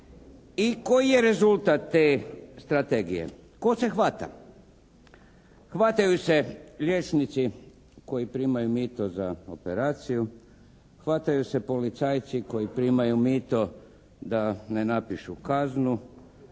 i koji je rezultat te strategije. Tko se hvata? Hvataju se liječnici koji primaju mito za operaciju, hvataju se policajci koji primaju mito da ne napišu kaznu,